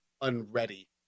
unready